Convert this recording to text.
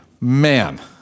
man